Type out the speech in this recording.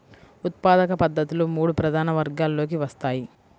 ఉత్పాదక పద్ధతులు మూడు ప్రధాన వర్గాలలోకి వస్తాయి